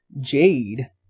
Jade